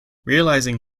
realizing